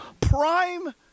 Prime